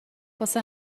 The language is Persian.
واسه